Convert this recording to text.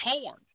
torn